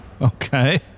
okay